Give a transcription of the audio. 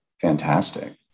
fantastic